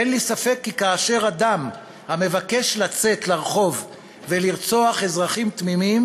אין לי ספק כי כאשר אדם המבקש לצאת לרחוב ולרצוח אזרחים תמימים